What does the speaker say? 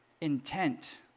intent